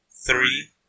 three